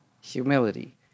Humility